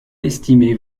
estimez